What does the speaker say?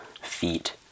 feet